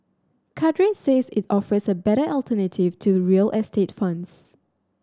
Cadre says it offers a better alternative to real estate funds